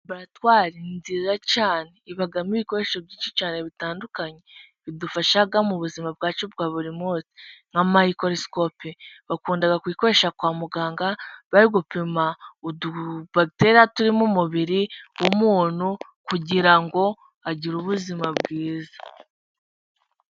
Raboratwari nziza cyane ibamo ibikoresho byinshi cyane bitandukanye bidufashaga mu buzima bwacu bwa buri munsi, nka mikorosikope bakunda kuyikoresha kwa muganga bari gupima utubagiteriya turi mu mubiri w'umuntu kugira ngo agire ubuzima bwiza.